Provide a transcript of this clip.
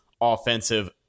offensive